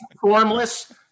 formless